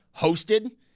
hosted